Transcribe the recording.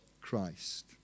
Christ